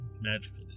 Magical